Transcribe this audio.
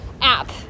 app